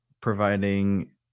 providing